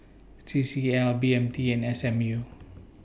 C C L B M T and S M U